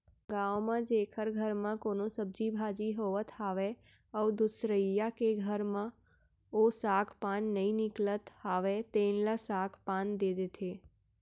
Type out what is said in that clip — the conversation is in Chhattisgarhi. गाँव म जेखर घर म कोनो सब्जी भाजी होवत हावय अउ दुसरइया के घर म ओ साग पान नइ निकलत हावय तेन ल साग पान दे देथे